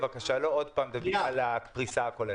לא שוב לדבר על הפריסה הכוללת.